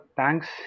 thanks